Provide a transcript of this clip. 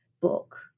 book